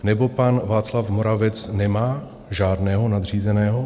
Nebo pan Václav Moravec nemá žádného nadřízeného?